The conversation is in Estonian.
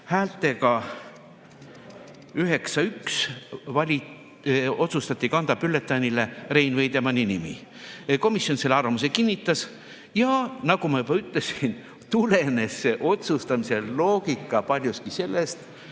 häältega 9 : 1 otsustati kanda bülletäänile Rein Veidemanni nimi. Komisjon selle arvamuse kinnitas. Ja nagu ma juba ütlesin, tulenes see otsustamise loogika paljuski sellest,